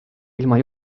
ilma